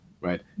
right